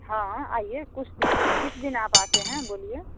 हाँ आइए कुछ दिन किस दिन आप आते हैं बोलिए